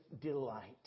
delight